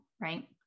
right